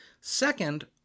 Second